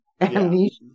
amnesia